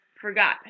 forgot